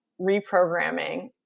reprogramming